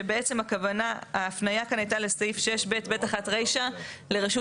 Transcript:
שבעצם הכוונה ההפניה כן הייתה לסעיף 6ב(ב)(1) רישה לרשות